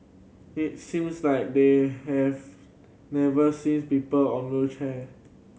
it seems like they have never seen people on wheelchair